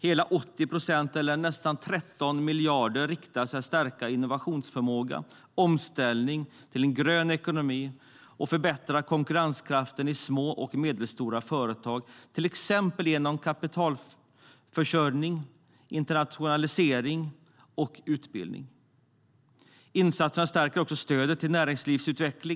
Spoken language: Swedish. Hela 80 procent, eller nästan 13 miljarder, riktas till att stärka innovationsförmågan och omställningen till en grön ekonomi och till att förbättra konkurrenskraften i små och medelstora företag, exempelvis genom kapitalförsörjning, internationalisering och utbildning. Insatserna stärker också stödet till näringslivsutvecklingen.